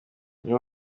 umwe